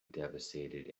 devastated